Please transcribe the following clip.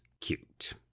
cute